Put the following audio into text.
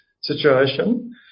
situation